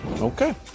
Okay